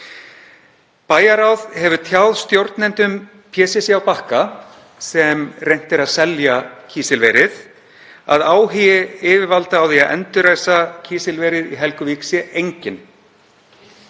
Bæjarráð hefur tjáð stjórnendum PCC á Bakka, sem reynt er að selja kísilverið, að áhugi yfirvalda á því að endurreisa kísilverið í Helguvík sé enginn.